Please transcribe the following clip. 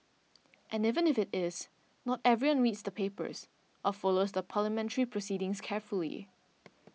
and even if it is not everyone reads the papers or follows the parliamentary proceedings carefully